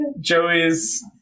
Joey's